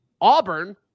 Auburn